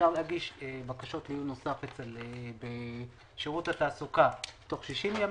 אפשר להגיש בקשות לעיון נוסף בשירות התעסוקה בתוך 60 ימים,